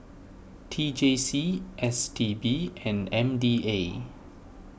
T J C S T B and M D A